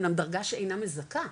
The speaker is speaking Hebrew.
היא אמנם דרגה שאינה מזכה,